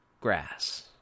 grass